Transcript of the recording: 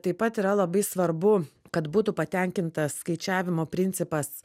taip pat yra labai svarbu kad būtų patenkintas skaičiavimo principas